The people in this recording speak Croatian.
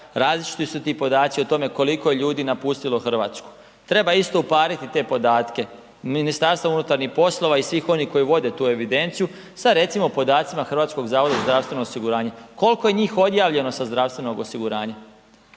različiti su ti podaci o tome koliko ljudi je napustilo Hrvatsku, treba isto upariti te podatke, MUP i svih onih koji vode tu evidenciju sa recimo podacima HZZO-a, koliko je njih odjavljeno sa zdravstvenog osiguranja